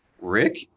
Rick